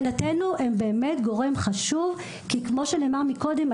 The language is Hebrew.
מבחינתנו הם באמת גורם חשוב כי כמו שנאמר מקודם,